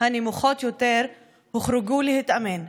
הנמוכות יותר הוחרגו באימון,